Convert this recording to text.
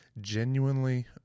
genuinely